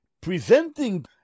presenting